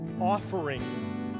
offering